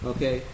Okay